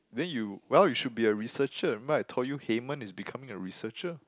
then you well you should be a researcher remember I told you Haymond is becoming a researcher